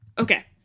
Okay